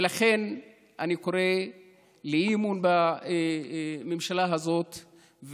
ולכן אני קורא לאי-אמון בממשלה הזאת,